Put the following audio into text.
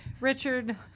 Richard